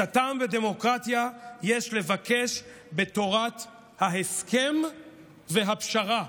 "את הטעם בדמוקרטיה יש לבקש בתורת ההסכם והפשרה".